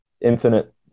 Infinite